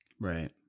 Right